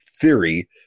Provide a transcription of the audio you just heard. theory